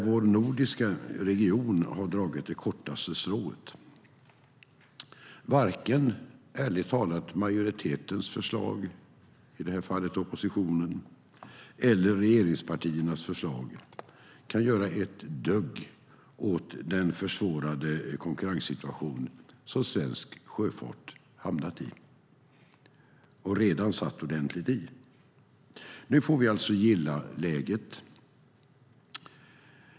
Vår nordiska region har dragit det kortaste strået. Varken majoritetens förslag - i det här fallet oppositionens - eller regeringspartiernas förslag kan göra ett dugg åt den försvårade konkurrenssituation som svensk sjöfart hamnat i. Nu får vi gilla läget.